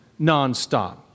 nonstop